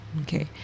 Okay